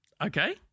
Okay